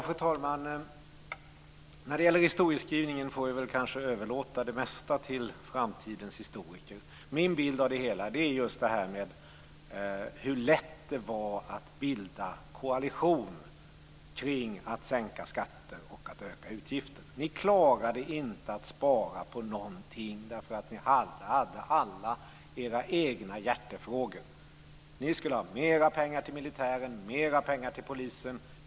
Fru talman! När det gäller historieskrivningen får vi kanske överlåta det mesta till framtidens historiker. Min bild av det hela är just den hur lätt det var att bilda koalition kring att sänka skatter och att öka utgifter. Ni klarade inte att spara på någonting därför att ni alla hade era egna hjärtefrågor. Ni skulle ha mer pengar till militären och mer pengar till polisen.